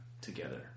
together